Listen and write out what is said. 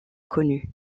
connue